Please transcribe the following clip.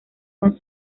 con